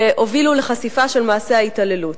שהובילו לחשיפה של מעשי ההתעללות.